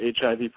HIV